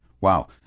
Wow